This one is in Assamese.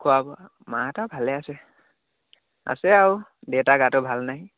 খোৱা বোৱা মাহঁতৰ এটা ভালে আছে আছে আৰু দেউতা গাটো ভাল নাই